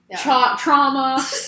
Trauma